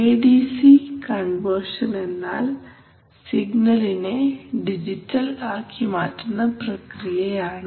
A D C conversion എന്നാൽ സിഗ്നലിനെ digital ആക്കി മാറ്റുന്ന പ്രക്രിയയാണ്